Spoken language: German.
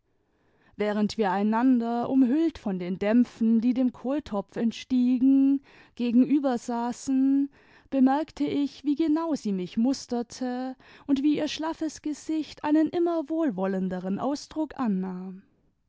während wir einander umhüllt von den dämpfen die dem kohltopf entstiegen gegenübersaßen bemerkte ich wie genau sie mich musterte und wie ihr schlaffes gesicht einen immer wohlwollenderen ausdruck annahm